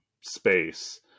space